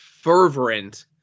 fervent